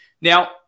Now